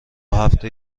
هفته